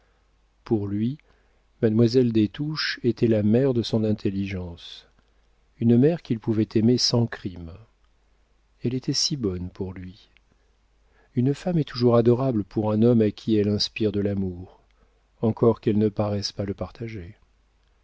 pour lui mademoiselle des touches était la mère de son intelligence une mère qu'il pouvait aimer sans crime elle était si bonne pour lui une femme est toujours adorable pour un homme à qui elle inspire de l'amour encore qu'elle ne paraisse pas le partager